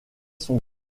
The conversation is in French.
son